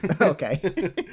Okay